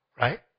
right